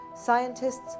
scientists